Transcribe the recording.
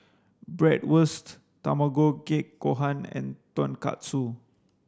Bratwurst Tamago kake gohan and Tonkatsu